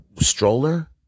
stroller